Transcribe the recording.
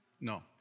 No